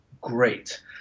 great